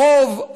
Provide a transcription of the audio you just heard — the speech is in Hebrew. החוב,